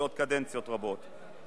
לעוד קדנציות רבות.